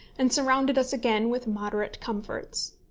and surrounded us again with moderate comforts.